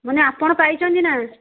ମାନେ ଆପଣ ପାଇଛନ୍ତି ନା